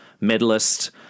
medalist